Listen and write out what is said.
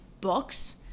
books